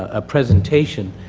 a presentation.